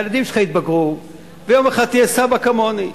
הילדים שלך יתבגרו ויום אחד תהיה סבא כמוני,